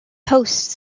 hosts